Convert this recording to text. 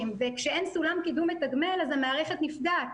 וכשאין סולם קידום מתגמל אז המערכת נפגעת